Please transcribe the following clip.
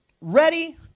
ready